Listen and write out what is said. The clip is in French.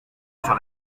sur